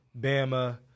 Bama